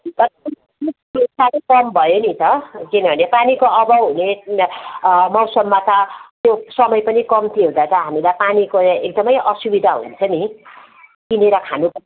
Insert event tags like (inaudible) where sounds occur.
(unintelligible) time भयो नि त किनभने पानीको अभाव हुने मौसममा त त्यो समय पनि कम्ती हुँदा त हामीलाई पानीको एकदमै असुविधा हुन्छ नि किनेर खानु